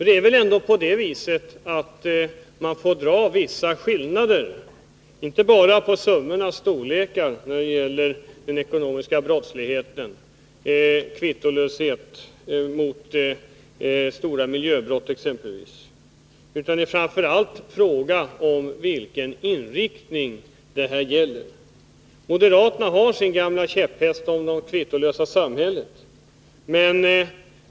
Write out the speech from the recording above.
Det är väl ändå så att det råder vissa skillnader, inte bara när det gäller summornas storlek — exempelvis kvittolöshet gentemot stora miljöbrott — utan det är framför allt fråga om vilken inriktning brottsligheten har. Moderaterna har sin gamla käpphäst om det kvittolösa samhället.